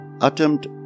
attempt